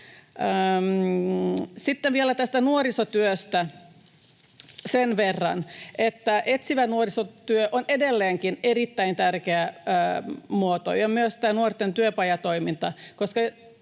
Sitten vielä tästä nuorisotyöstä sen verran, että etsivä nuorisotyö on edelleenkin erittäin tärkeä muoto ja myös tämä nuorten työpajatoiminta,